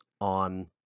on